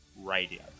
radio